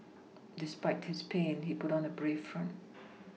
despite his pain he put on a brave front